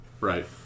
Right